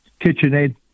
KitchenAid